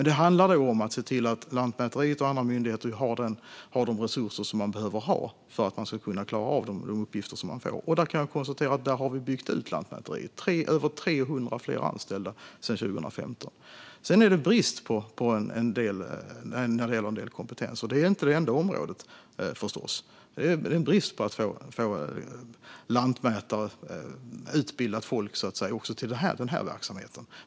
Det handlar om att se till att Lantmäteriet och andra myndigheter har de resurser som de behöver för att klara av de uppgifter som de får. Jag kan konstatera att vi har byggt ut Lantmäteriet med över 300 fler anställda sedan 2015. Det råder brist när det gäller en del kompetens, och detta är förstås inte det enda området. Det råder brist på lantmätare - utbildat folk - också i den här verksamheten.